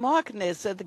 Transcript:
כמו הכנסת,